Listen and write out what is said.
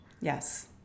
Yes